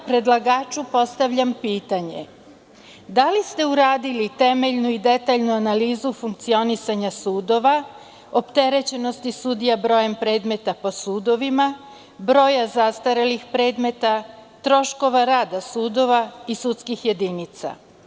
Predlagaču postavljam pitanje da li ste uradili temeljnu i detaljnu analizu funkcionisanja sudova, opterećenosti sudija brojem predmeta po sudovima, broja zastarelih predmeta, troškova rada sudova i sudskih jedinica?